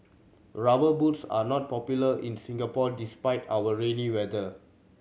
Rubber Boots are not popular in Singapore despite our rainy weather